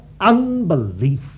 unbelief